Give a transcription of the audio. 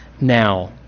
now